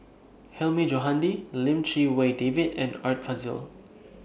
Hilmi Johandi Lim Chee Wai David and Art Fazil